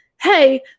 hey